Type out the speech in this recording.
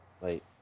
wait